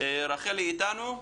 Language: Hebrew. רחלי איתנו?